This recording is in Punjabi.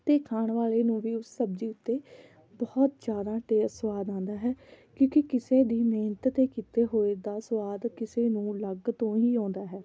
ਅਤੇ ਖਾਣ ਵਾਲੇ ਨੂੰ ਵੀ ਉਸ ਸਬਜ਼ੀ ਉੱਤੇ ਬਹੁਤ ਜ਼ਿਆਦਾ ਟੇਸ ਸਵਾਦ ਆਉਂਦਾ ਹੈ ਕਿਉਂਕਿ ਕਿਸੇ ਦੀ ਮਿਹਨਤ 'ਤੇ ਕੀਤੇ ਹੋਏ ਦਾ ਸਵਾਦ ਕਿਸੇ ਨੂੰ ਅਲੱਗ ਤੋਂ ਹੀ ਆਉਂਦਾ ਹੈ